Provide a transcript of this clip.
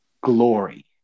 glory